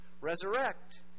resurrect